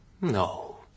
No